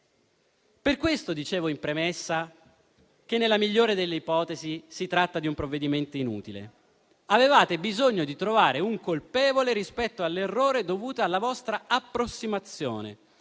Per questo dicevo in premessa che, nella migliore delle ipotesi, si tratta di un provvedimento inutile. Avevate bisogno di trovare un colpevole rispetto all'errore dovuto alla vostra approssimazione